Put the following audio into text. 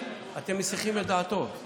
זה מאוד מעניין אותי.